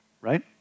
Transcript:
right